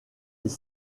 les